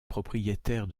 propriétaire